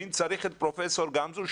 ואם צריך להביא את פרופסור גמזו,